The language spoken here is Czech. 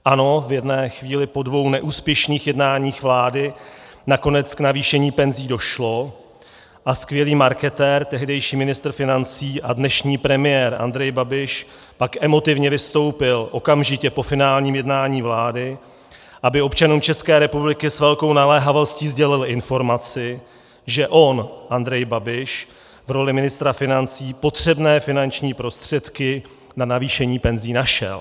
Ano, v jedné chvíli po dvou neúspěšných jednáních vlády nakonec k navýšení penzí došlo a skvělý marketér, tehdejší ministr financí a dnešní premiér Andrej Babiš, pak emotivně vystoupil okamžitě po finálním jednání vlády, aby občanům ČR s velkou naléhavostí sdělil informaci, že on, Andrej Babiš, v roli ministra financí potřebné finanční prostředky na navýšení penzí našel.